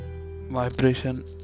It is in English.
vibration